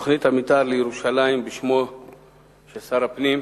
תוכנית המיתאר לירושלים בשמו של שר הפנים.